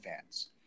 fans